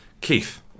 Keith